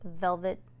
velvet